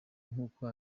nkuko